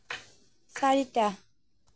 চাৰিটা